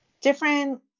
Different